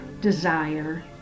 desire